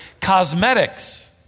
cosmetics